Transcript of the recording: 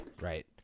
Right